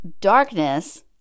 darkness